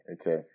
Okay